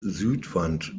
südwand